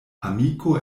amiko